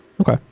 Okay